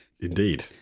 Indeed